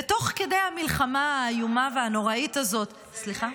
ותוך כדי המלחמה האיומה והנוראית הזאת --- זה נס.